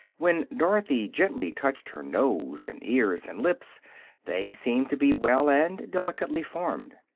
when dorothy gently touched her nose and ears and lips they seemed to be well and delicately formed.